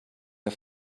der